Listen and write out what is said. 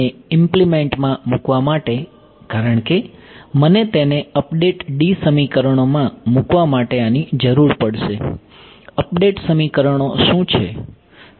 હવે આ ને ઈમ્પ્લીમેંટમાં મૂકવા માટે કારણ કે મને તેને અપડેટ સમીકરણોમાં મૂકવા માટે આની જરૂર પડશે અપડેટ સમીકરણો શું છે